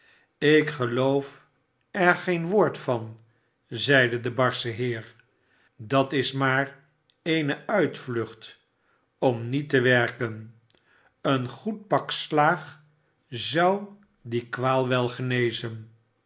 ik geloof er geen woord van zeide de barsche heer dat is maar eene uitvlucht om niet te werken een goed pak slaag zou die kwaal wel genezen